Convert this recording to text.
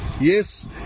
yes